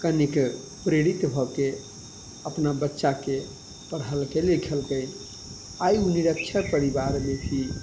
कनिक प्रेरित भऽके अपना बच्चाके पढ़ेलकै लिखेलकै आइ निरक्षर परिवारमे भी